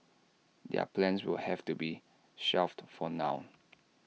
their plans will have to be shelved for now